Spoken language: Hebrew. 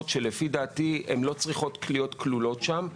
שלפי דעתי לא צריכות להיות כלולות שם.